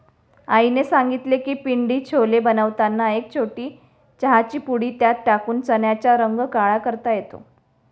आईने सांगितले की पिंडी छोले बनवताना एक छोटी चहाची पुडी त्यात टाकून चण्याचा रंग काळा करता येतो